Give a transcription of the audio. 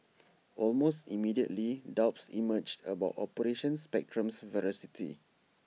almost immediately doubts emerged about operation Spectrum's veracity